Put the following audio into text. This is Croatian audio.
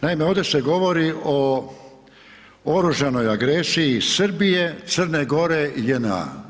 Naime, ovdje se govori o oružanoj agresiji Srbije, Crne Gore i JNA.